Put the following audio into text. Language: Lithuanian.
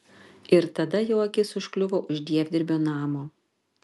ir tada jo akis užkliuvo už dievdirbio namo